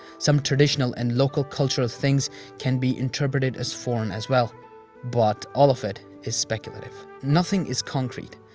some traditional and local cultural things can be interpreted as foreign as well but all of it is speculative. nothing is concrete.